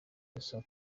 gusa